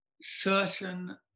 certain